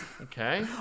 Okay